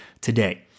today